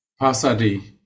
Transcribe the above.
Pasadi